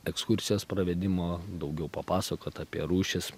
ekskursijos pravedimo daugiau papasakot apie rūšis